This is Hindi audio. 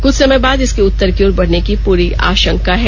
कुछ समय बाद इसके उत्तर की ओर बढ़ने की पूरी आषंका है